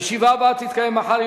הישיבה הבאה תתקיים מחר,